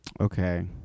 Okay